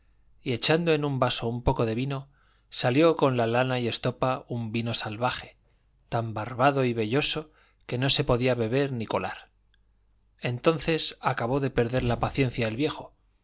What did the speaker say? y echando en un vaso un poco de vino salió con la lana y estopa un vino salvaje tan barbado y velloso que no se podía beber ni colar entonces acabó de perder la paciencia el viejo